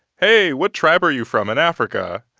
hey, what tribe are you from in africa?